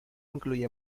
incluye